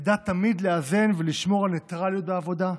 ידעת תמיד לאזן ולשמור על ניטרליות בעבודה,